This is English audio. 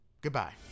Goodbye